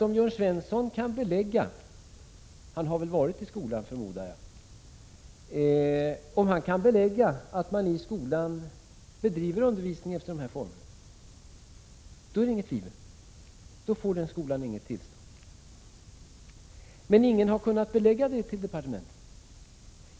Jag förmodar att Jörn Svensson har varit i skolan, och om han kan belägga att man där bedriver undervisning i sådana former, då råder det naturligtvis inget tvivel om annat än att skolan inte får något tillstånd. Men ingen har kunnat belägga detta för departementet.